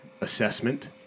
assessment